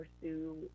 pursue